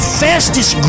fastest